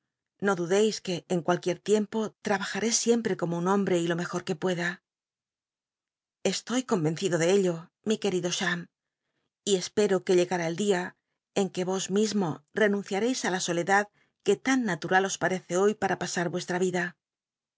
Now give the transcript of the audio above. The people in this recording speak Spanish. no dudcis que en cnalqnie tiempo tabaj ll siempre como un homhc y lo mejor que pueda estoy conl'encido de ello mi querido cham y espero qnc llegai día en que os mismo renunciareis li la soledad que lan nalnal os paccc hoy para pasa l'uesta vida